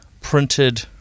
printed